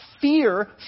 Fear